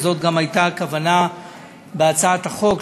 וזאת גם הייתה הכוונה בהצעת החוק,